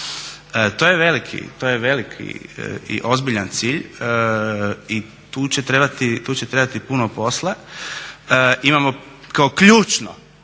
To je veliki i ozbiljan cilj i tu će trebati puno posla. Imamo kao ključno